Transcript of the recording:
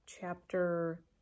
chapter